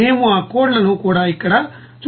మేము ఆ కోడ్ లను కూడా ఇక్కడ చూపిస్తాము